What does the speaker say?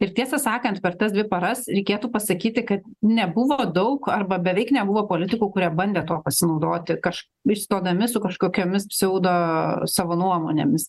ir tiesą sakant per tas dvi paras reikėtų pasakyti kad nebuvo daug arba beveik nebuvo politikų kurie bandė tuo pasinaudoti kaž išstodami su kažkokiomis pseudo savo nuomonėmis